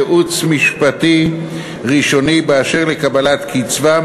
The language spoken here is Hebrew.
ייעוץ משפטי ראשוני באשר לקבלת קצבה,